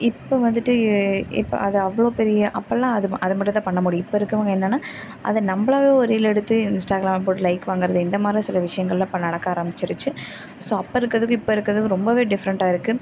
இப்போ வந்துட்டு இப்போ அதை அவ்வளோ பெரிய அப்பெல்லாம் அது அதை மட்டுந்தான் பண்ணமுடியும் இப்போ இருக்கவங்க என்னென்னா அதை நம்மளாவே ஒரு ரீல் எடுத்து இன்ஸ்டாகிராம் போட்டு லைக் வாங்குகிறது இந்த மாதிரிலாம் சில விஷயங்கள்லாம் இப்போ நடக்க ஆரமிச்சிருச்சு ஸோ அப்போ இருக்கிறதுக்கு இப்போ இருக்கிறதுக்கும் ரொம்பவே டிஃபரெண்ட்டாக இருக்குது